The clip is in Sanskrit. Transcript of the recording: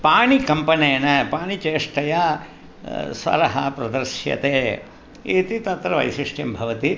पाणिकम्पनेन पाणिचेष्टया स्वरः प्रदर्श्यते इति तत्र वैशिष्टं भवति